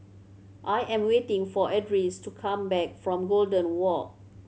I am waiting for Edris to come back from Golden Walk